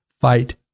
Fight